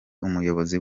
umuyobozi